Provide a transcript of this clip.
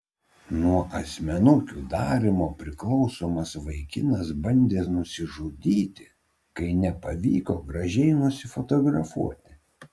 nuo asmenukių darymo priklausomas vaikinas bandė nusižudyti kai nepavyko gražiai nusifotografuoti